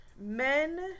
men